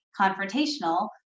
confrontational